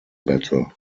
battle